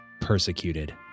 persecuted